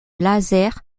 laser